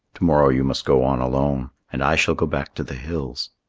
to-morrow you must go on alone, and i shall go back to the hills.